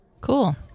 Cool